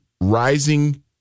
rising